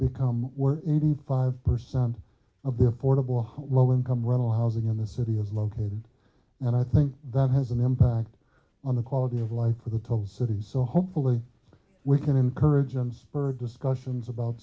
were eighty five percent of the portable while income rental housing in the city is located and i think that has an impact on the quality of life for the top cities so hopefully we can encourage them spur discussions about